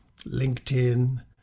LinkedIn